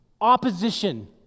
opposition